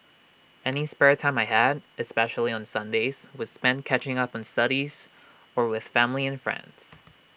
any spare time I had especially on Sundays was spent catching up on studies or with family and friends